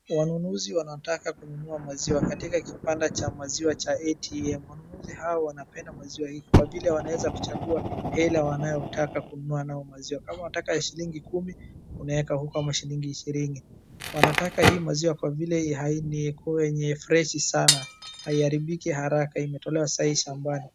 Wanunuzi wanataka kununua maziwa katika kipanda cha maziwa cha ATM. Wanunuzi hao wanapenda maziwa hii kwa vile wanaweza kichagua hela wanayotaka kununua nayo maziwa. Kama wataka shilingi kumi, unaweka huko ama shilingi ishirini. Wanataka hii maziwa kwa vile hii hai ni wenye freshi sana. Haiharibiki haraka, imetolewa sahii shambani.